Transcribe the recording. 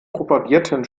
propagierten